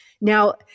Now